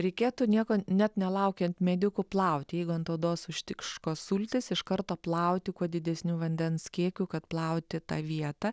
reikėtų nieko net nelaukiant medikų plauti jeigu ant odos užtikško sultys iš karto plauti kuo didesniu vandens kiekiu kad plauti tą vietą